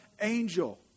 angel